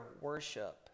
worship